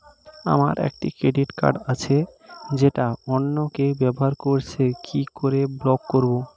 আমার একটি credit card আছে যেটা অন্য কেউ ব্যবহার করছে কি করে ব্লক করবো?